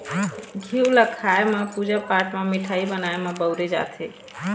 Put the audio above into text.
घींव ल खाए म, पूजा पाठ म, मिठाई बनाए म बउरे जाथे